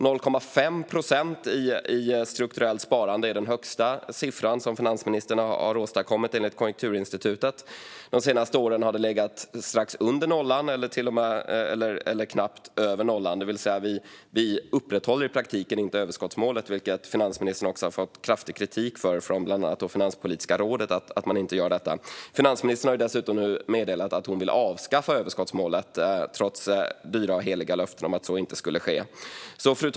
Den högsta siffra som finansministern enligt Konjunkturinstitutet har åstadkommit är 0,5 procent i strukturellt sparande. De senaste åren har det legat strax under eller till och med knappt över nollan. Vi upprätthåller alltså i praktiken inte överskottsmålet, vilket finansministern också har fått kraftig kritik för från bland andra Finanspolitiska rådet. Finansministern har dessutom nu meddelat att hon vill avskaffa överskottsmålet, trots dyra och heliga löften om att så inte skulle ske. Fru talman!